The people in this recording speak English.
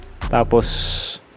Tapos